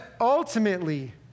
ultimately